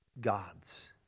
God's